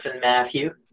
Matthew